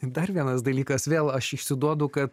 dar vienas dalykas vėl aš išsiduodu kad